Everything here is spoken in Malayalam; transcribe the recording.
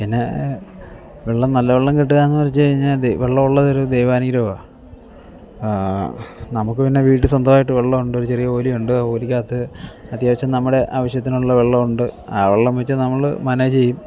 പിന്നേ വെള്ളം നല്ല വെള്ളം കിട്ടുക എന്ന് വച്ചു കഴിഞ്ഞാൽ വെള്ളമുള്ളത് ഒരു ദൈവാനുഗ്രഹമാണ് നമുക്ക് പിന്നെ വീട്ടിൽ സ്വന്തമായിട്ട് വെള്ളം ഉണ്ട് ഒരു ചെറിയ ഓലിയുണ്ട് ആ ഓലിക്കകത്ത് അത്യാവശ്യം നമ്മുടെ ആവശ്യത്തിനുള്ള വെള്ളമുണ്ട് ആ വെള്ളം വച്ചു നമ്മൾ മാനേജ് ചെയ്യും